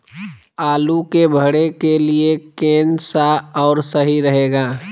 आलू के भरे के लिए केन सा और सही रहेगा?